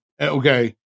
Okay